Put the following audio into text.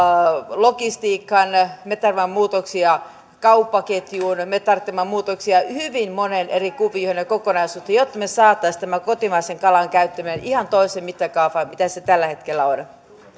logistiikkaan me tarvitsemme muutoksia kauppaketjuun me me tarvitsemme muutoksia hyvin moneen eri kuvioon ja kokonaisuuteen jotta me saisimme tämän kotimaisen kalan käyttämisen ihan toiseen mittakaavaan kuin mitä se tällä hetkellä on